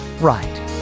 right